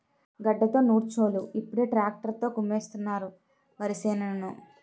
గడ్డతో నూర్చోలు ఇప్పుడు ట్రాక్టర్ తో కుమ్మిస్తున్నారు వరిసేనుని